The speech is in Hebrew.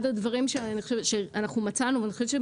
אחד הדברים שאנחנו מצאנו ואני חושבת שהם